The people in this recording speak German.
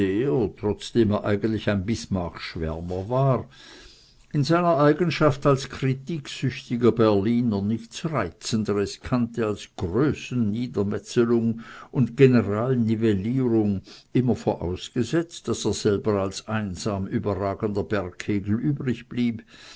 trotzdem er eigentlich ein bismarckschwärmer war in seiner eigenschaft als kritiksüchtiger berliner nichts reizenderes kannte als größenniedermetzelung und generalnivellierung immer vorausgesetzt daß er selber als einsam überragender bergkegel übrig blieb